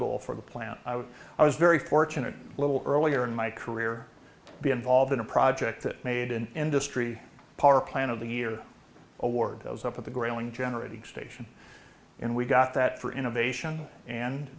goal for the plant i was i was very fortunate a little earlier in my career be involved in a project that made an industry power plant of the year award goes up with a growing generating station and we got that for innovation and